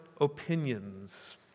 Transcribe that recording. opinions